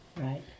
Right